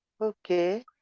Okay